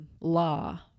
law